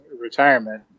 retirement